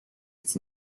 its